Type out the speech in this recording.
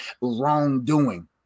wrongdoing